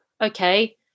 okay